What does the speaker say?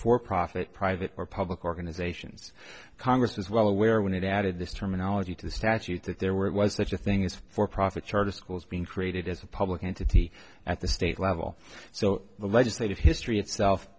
for profit private or public organizations congress is well aware when it added this terminology to the statute that there were it was such a thing is for profit charter schools being created as a public entity at the state level so the legislative history itself